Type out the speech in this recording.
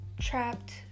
trapped